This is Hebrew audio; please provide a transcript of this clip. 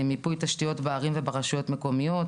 מיפוי תשתיות בערים וברשויות מקומיות,